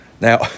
now